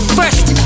first